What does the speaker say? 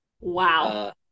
Wow